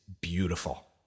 beautiful